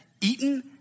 eaten